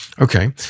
Okay